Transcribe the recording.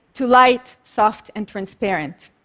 to light, soft and transparent.